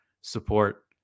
support